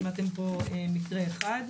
שמעתם פה על מקרה אחד,